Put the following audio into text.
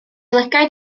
lygaid